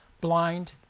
blind